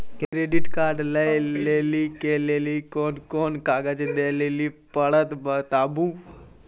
Credit card लै के लेली कोने कोने कागज दे लेली पड़त बताबू?